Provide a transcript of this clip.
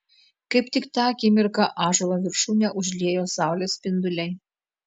kaip tik tą akimirką ąžuolo viršūnę užliejo saulės spinduliai